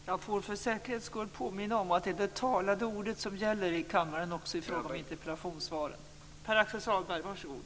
Får jag för säkerhets skull erinra om att debatten här inte får gälla handläggningen av enskilda ärenden utan skall gälla principen.